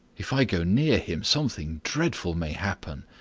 if i go near him something dreadful may happen.